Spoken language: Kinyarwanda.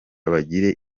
bagire